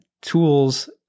tools